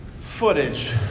footage